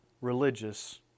religious